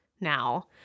now